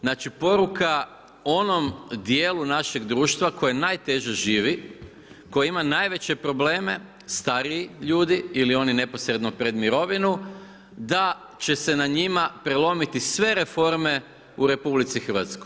Znači poruka onom dijelu našeg društva koje najteže žive, koji imaju najveće probleme, stariji ljudi ili oni neposredno pred mirovinu, da će se na njima prelomiti sve reforme u RH.